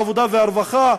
העבודה והרווחה,